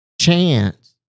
chance